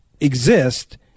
exist